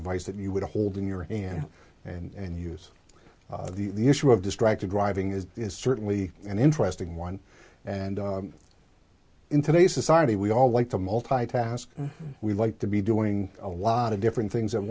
device that you would hold in your am and use the the issue of distracted driving is is certainly an interesting one and in today's society we all like to multitask we like to be doing a lot of different things at